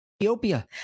Ethiopia